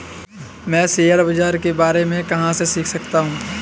मैं शेयर बाज़ार के बारे में कहाँ से सीख सकता हूँ?